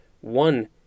one